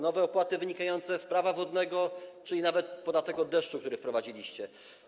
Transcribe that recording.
Nowe opłaty wynikające z Prawa wodnego, czyli nawet podatek od deszczu, który wprowadziliście.